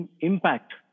impact